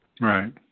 Right